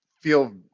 feel